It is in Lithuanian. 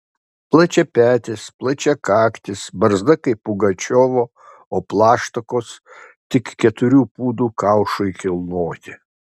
plačiapetis plačiakaktis barzda kaip pugačiovo o plaštakos tik keturių pūdų kaušui kilnoti